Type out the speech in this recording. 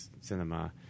cinema